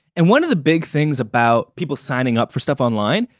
and one of the big things about people signing up for stuff online,